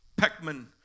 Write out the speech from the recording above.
Peckman